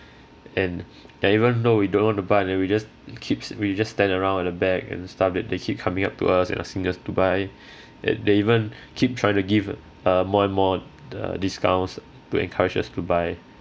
and and even though we don't want to buy and then we just keeps we just stand around at the back and the staff that they keep coming up to us and asking us to buy th~ they even keep trying to give uh more and more the discounts to encourage us to buy